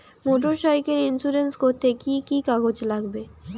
Motorcycle insurance করতে কি কি কাগজ লাগবে?